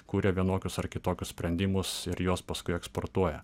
kuria vienokius ar kitokius sprendimus ir juos paskui eksportuoja